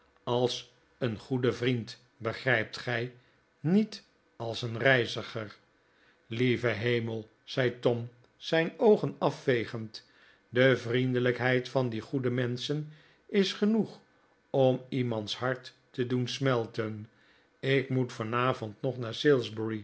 als een goede vriend begrijpt gij niet als een reiziger lieve hemel zei tom zijn oogen afvegend de vriendelijkheid van die goede menschen is genoeg om iemands hart te doen smelten ik moet vanavond nog naar